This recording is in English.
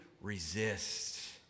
resist